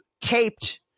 taped